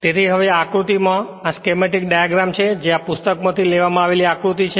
તેથી હવે આ એક સ્કેમેટીક ડાયાગ્રામ છે જે આ પુસ્તકમાંથી લેવામાં આવેલી આકૃતિ છે